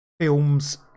films